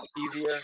easier